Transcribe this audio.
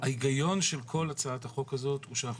ההיגיון של כל הצעת החוק הזאת הוא שאנחנו